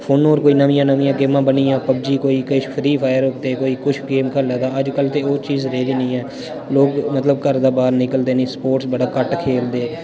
फोने पर कोई नामियां नामियां गेमां बनियां पब्जी कोई किश फ्री फायर कोई कुछ गेम खेलै दा अज्जकल ते ओह् चीज़ रेह्दी नी ऐ लोक मतलब घर दे बाह्र निकलदे नी स्पोर्टस बड़ा घट्ट खेलदे